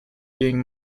being